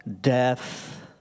death